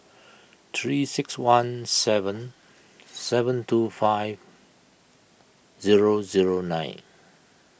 three six one seven seven two five zero zero nine